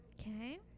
Okay